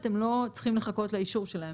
ואתם לא צריכים לחכות לאישור שלהם.